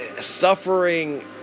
suffering